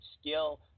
skill